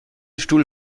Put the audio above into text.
stuhl